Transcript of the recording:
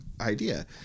Idea